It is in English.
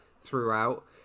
throughout